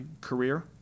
career